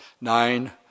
nine